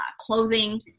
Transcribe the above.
clothing